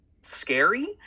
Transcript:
scary